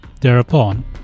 Thereupon